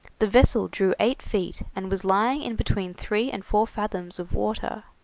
the vessel drew eight feet, and was lying in between three and four fathoms of water.